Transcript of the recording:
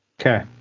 Okay